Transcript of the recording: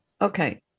Okay